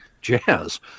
jazz